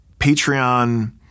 Patreon